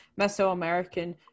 Mesoamerican